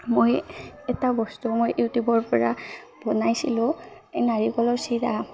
মই এটা বস্তু মই ইউটিউবৰ পৰা বনাইছিলোঁ এই নাৰিকলৰ চিৰা